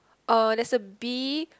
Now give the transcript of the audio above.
uh there's a bee